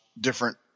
different